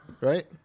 Right